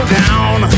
down